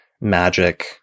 magic